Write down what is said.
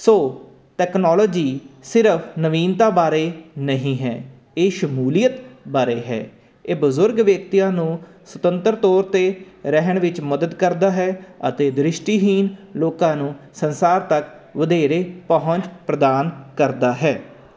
ਸੋ technology ਸਿਰਫ ਨਵੀਨਤਾ ਬਾਰੇ ਨਹੀਂ ਹੈ ਇਹ ਸ਼ਮੂਲੀਅਤ ਬਾਰੇ ਹੈ ਇਹ ਬਜ਼ੁਰਗ ਵਿਅਕਤੀਆਂ ਨੂੰ ਸੁਤੰਤਰ ਤੌਰ 'ਤੇ ਰਹਿਣ ਵਿੱਚ ਮਦਦ ਕਰਦਾ ਹੈ ਅਤੇ ਦ੍ਰਿਸ਼ਟੀਹੀਣ ਲੋਕਾਂ ਨੂੰ ਸੰਸਾਰ ਤੱਕ ਵਧੇਰੇ ਪਹੁੰਚ ਪ੍ਰਦਾਨ ਕਰਦਾ ਹੈ